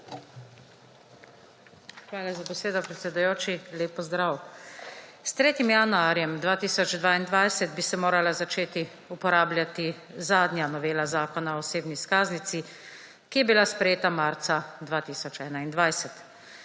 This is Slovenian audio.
Hvala za besedo, predsedujoči. Lep pozdrav! S 3. januarjem 2022 bi se morala začeti uporabljati zadnja novela Zakona o osebni izkaznici, ki je bila sprejeta marca 2021.